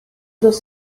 los